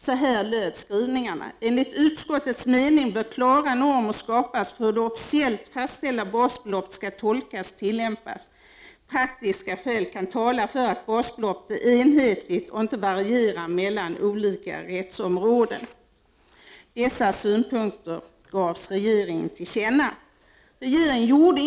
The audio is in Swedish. Så här löd skrivningen: Enligt utskottets mening bör klara normer skapas för hur det officiellt fastställda basbeloppet skall tolkas och tillämpas. Praktiska skäl kan tala för att basbeloppet är enhetligt och inte varierar mellan olika rättsområden. Dessa synpunkter gavs regeringen till känna.